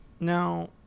Now